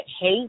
hate